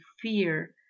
fear